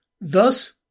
Thus